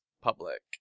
public